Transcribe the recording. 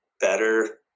better